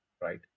right